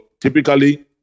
typically